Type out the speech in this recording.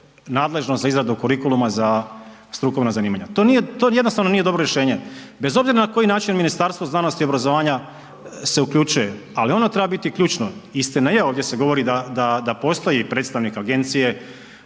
nadležno za izradu kurikuluma za strukovna zanimanja. To nije, to jednostavno nije dobro rješenje. Bez obzira na koji način Ministarstvo znanosti i obrazovanja se uključuje, ali ono treba biti ključno. Istina je, ovdje se govori da postoji predstavnik agencije,